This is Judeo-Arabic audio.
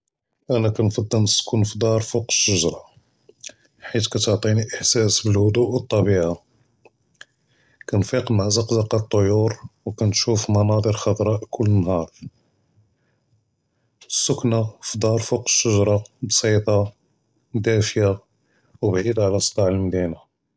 אנה קנפדל תקון ענדי אלקודרה נטיר חית טיאראן קיעט’י ח’וריה קאמל ואלחרקה, נקדר ניסוף אלעאלם מן אלפוק ונזור בלאיס בעאד בפ’ודת קצרה וניטפאדי ז’חאם ונטנדר, טיאראן קייחליני נהס בבכ’ואה ואלמוג’אמ’רה כל נהאר.